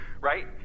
right